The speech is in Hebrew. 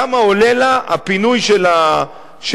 כמה שעולה לה הפינוי של הפסולת,